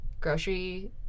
grocery